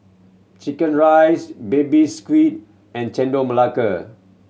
chicken rice Baby Squid and Chendol Melaka